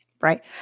right